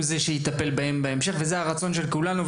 זה שיטפל בהם בהמשך וזה הרצון של כולנו,